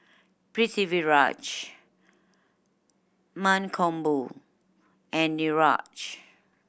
Pritiviraj Mankombu and Niraj